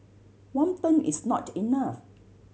one term is not enough